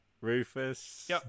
Rufus